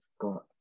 got